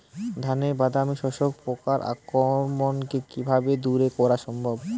ধানের বাদামি শোষক পোকার আক্রমণকে কিভাবে দূরে করা সম্ভব?